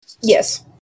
Yes